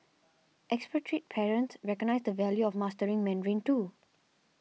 expatriate parents recognise the value of mastering Mandarin too